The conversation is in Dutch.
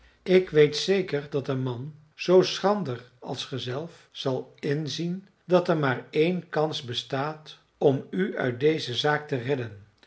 ik weet zeker dat een man zoo schrander als ge zelf zal inzien dat er maar één kans bestaat om u uit deze zaak te redden